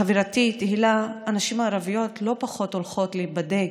חברתי תהלה, הנשים הערביות לא הולכות פחות להיבדק.